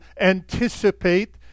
anticipate